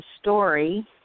story